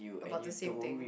about the same thing